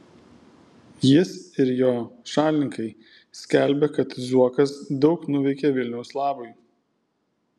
jis ir jo šalininkai skelbia kad zuokas daug nuveikė vilniaus labui